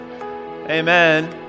Amen